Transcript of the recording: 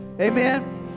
Amen